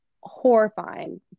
horrifying